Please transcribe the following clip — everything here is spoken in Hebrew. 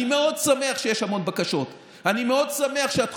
אני מאוד שמח שיש המון בקשות,